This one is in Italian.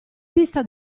vista